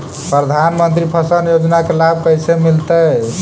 प्रधानमंत्री फसल योजना के लाभ कैसे मिलतै?